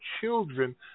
children